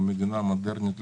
את המדינה המודרנית,